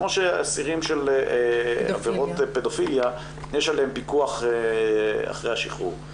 כמו אסירים על עבירות פדופיליה שיש עליהם פיקוח אחרי השחרור.